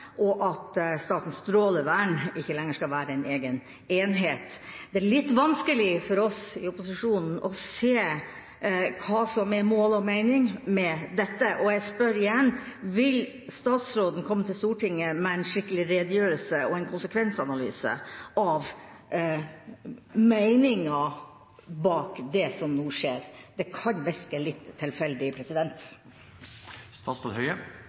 og at Statens strålevern ikke lenger skal være en egen enhet. Det er litt vanskelig for oss i opposisjonen å se hva som er mål og mening med dette, og jeg spør igjen: Vil statsråden komme til Stortinget med en skikkelig redegjørelse og en konsekvensanalyse av meningen bak det som nå skjer? Det kan virke litt tilfeldig.